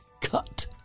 cut